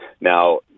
Now